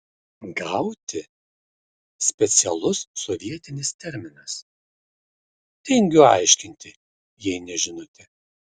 gauti specialus sovietinis terminas tingiu aiškinti jei nežinote